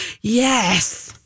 Yes